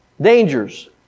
dangers